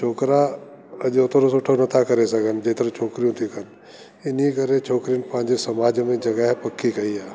छोकरा अॼु ओतिरो सुठो न था करे सघन जेतिरो छोकरियूं तियूं कन इन्हीअ करे छोकरिन पांजे समाज में फील्ड पकी कई आ